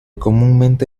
comúnmente